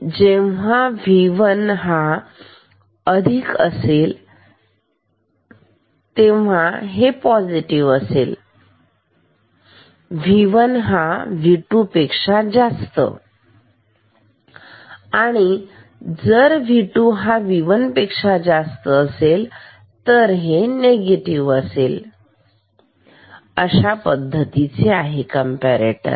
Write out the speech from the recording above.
तर जेव्हा V1 अधिक असेल तेव्हा हे पॉझिटिव्ह असेल V1 हा V2 पेक्षा जास्त आणि जर V2 हा V1 पेक्षा जास्त असेल तर हा निगेटिव्ह असेल तर हे आहे कंपरेटर